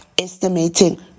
estimating